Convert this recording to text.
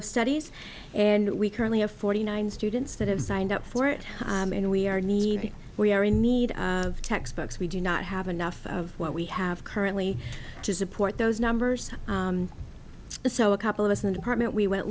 of studies and we currently have forty nine students that have signed up for it and we are needed we are in need of textbooks we do not have enough of what we have currently to support those numbers so a couple of us in the department we went